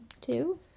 two